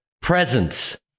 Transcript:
presence